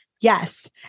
Yes